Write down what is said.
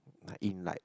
in like